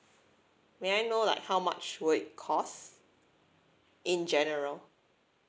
may I know like how much will it cost in general